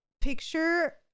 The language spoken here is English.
picture